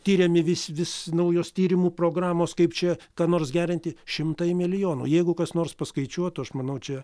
tiriami vis vis naujos tyrimų programos kaip čia ką nors gerinti šimtai milijonų jeigu kas nors paskaičiuotų aš manau čia